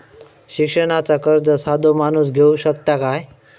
शिक्षणाचा कर्ज साधो माणूस घेऊ शकता काय?